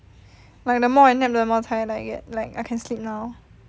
like the more I nap the more tired I get like I can sleep now